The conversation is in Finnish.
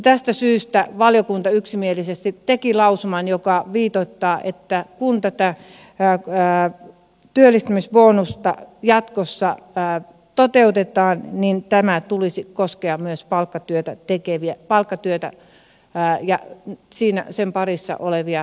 tästä syystä valiokunta yksimielisesti teki lausuman joka viitoittaa että kun tätä työllistymisbonusta jatkossa toteutetaan niin tämän tulisi koskea myös palkkatyötä tekeviä ja sen parissa olevia